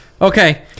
Okay